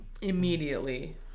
Immediately